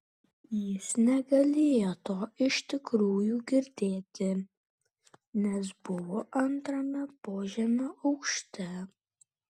jis negalėjo to iš tikrųjų girdėti nes buvo antrame požemio aukšte